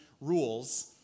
rules